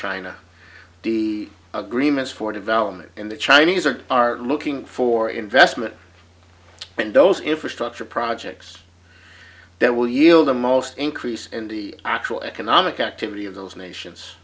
china the agreements for development and the chinese are are looking for investment and those infrastructure projects that will yield the most increase and the actual economic activity of those nations